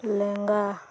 ᱞᱮᱸᱜᱟ